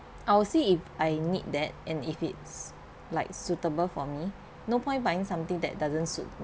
I'll see if I need that and if it's like suitable for me no point buying something that doesn't suit